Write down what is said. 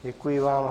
Děkuji vám.